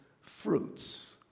fruits